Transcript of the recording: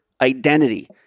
identity